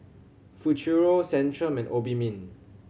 Futuro Centrum and Obimin